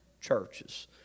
churches